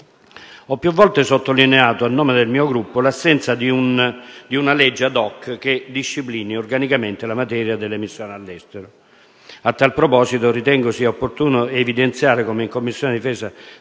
Ho più volte sottolineato, a nome del mio Gruppo, l'assenza di una legge *ad hoc* che disciplini organicamente la materia delle missioni all'estero. A tal proposito, ritengo sia opportuno evidenziare come in Commissione difesa